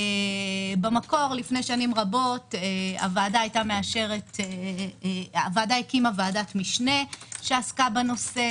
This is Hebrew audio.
במקור לפני שנים רבות הוועדה הקימה ועדת משנה שעסקה בנושא.